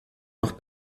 noch